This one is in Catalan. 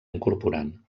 incorporant